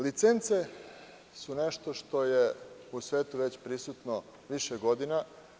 Licence su nešto što je u svetu već prisutno više godina.